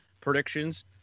predictions